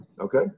Okay